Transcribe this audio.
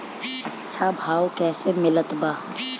अच्छा भाव कैसे मिलत बा?